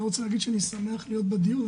אני לא רוצה להגיד שאני שמח להיות בדיון,